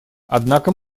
однако